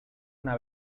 una